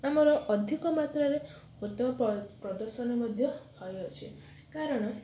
ଆମର ଅଧିକ ମାତ୍ରାରେ ଉତ୍ତମ ପ ପ୍ରଦର୍ଶନ ମଧ୍ୟ ହଇଅଛି କାରଣ